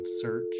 search